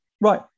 right